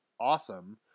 awesome